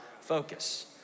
focus